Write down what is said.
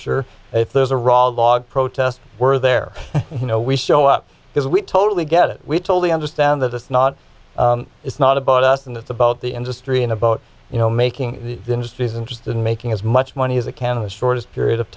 sure if there's a raw log protests were there you know we show up because we totally get it we told the understand that it's not it's not about us and it's about the industry and about you know making these industries interested in making as much money as it can of the shortest period of